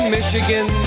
Michigan